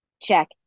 check